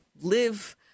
live